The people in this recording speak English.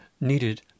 needed